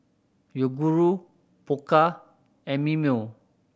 Yoguru Pokka and Mimeo